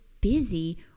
busy